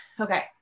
okay